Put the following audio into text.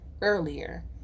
earlier